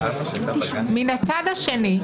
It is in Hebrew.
מן הצד השני,